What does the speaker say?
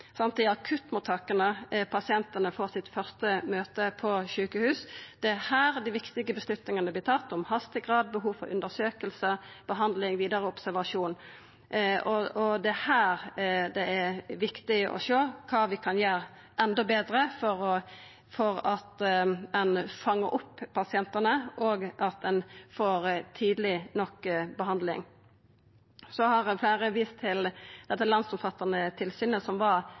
akuttmottaka. Det er i akuttmottaka pasientane får sitt første møte med sjukehus. Det er her dei viktige avgjerdene vert tatt, om hastegrad, behov for undersøkingar, behandling, vidare observasjon, og det er her det er viktig å sjå på kva vi kan gjera enda betre for at ein skal fanga opp pasientane, og at dei skal få behandling tidleg nok. Fleire har vist til dette landsomfattande tilsynet som var